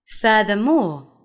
Furthermore